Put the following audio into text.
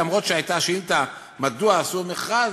אף שהייתה שאילתה מדוע עשו מכרז,